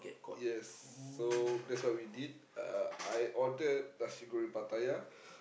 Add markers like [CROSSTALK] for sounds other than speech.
yes so that's what we did uh I ordered nasi-goreng-Pattaya [BREATH]